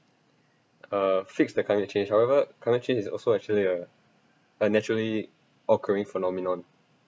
uh fix the climate change however climate change is also actually a a naturally occurring phenomenon